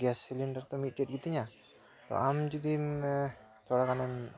gas cylinder ᱛᱚ ᱢᱤᱫᱴᱮᱱ ᱜᱮᱛᱤᱧᱟ ᱛᱚ ᱟᱢ ᱡᱩᱫᱤᱢ ᱛᱷᱚᱲᱟ ᱜᱟᱱᱮᱢ